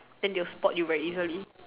then they will spot you very easily